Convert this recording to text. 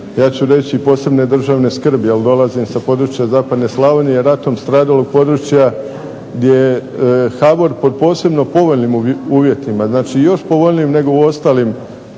ja ću reći posebne državne skrbi, ali dolazim sa područja zapadne Slavonije, ratom stradalog područja gdje HBOR pod posebno povoljnim uvjetima, znači još povoljnijim nego u ostalim